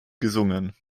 gesungen